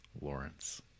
Lawrence